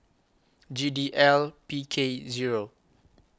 G D L P K Zero